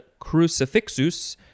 crucifixus